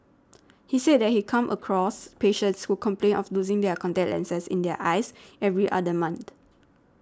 he said that he comes across patients who complain of losing their contact lenses in their eyes every other month